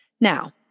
Now